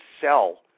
sell